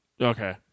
Okay